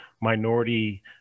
minority